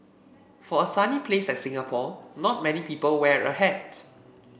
for a sunny place like Singapore not many people wear a hat